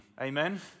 Amen